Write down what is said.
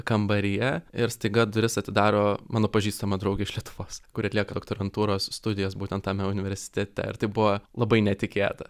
kambaryje ir staiga duris atidaro mano pažįstama draugė iš lietuvos kuri atlieka doktorantūros studijas būtent tame universitete ir tai buvo labai netikėta